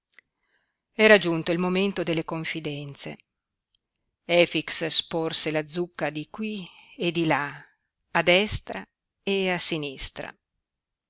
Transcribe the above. era giunto il momento delle confidenze efix sporse la zucca di qui e di là a destra e a sinistra